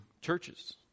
churches